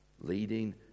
Leading